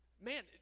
man